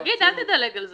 תגיד, אל תדלג על זה.